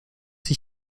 hier